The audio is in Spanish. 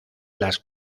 las